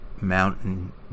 mountain